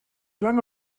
lange